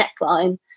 neckline